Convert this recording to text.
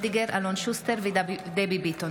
התכנון והבנייה (תיקון מס' 149 והוראת שעה,